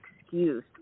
excuse